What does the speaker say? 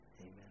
Amen